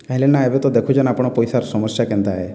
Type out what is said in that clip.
କାହିର୍ଲାଗିନା ଏବେ ତ ଦେଖୁଛନ୍ ଆପଣ ପଇସାର୍ ସମସ୍ୟା କେନ୍ତା ଆଏ